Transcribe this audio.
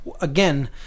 again